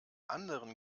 anderen